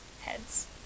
Heads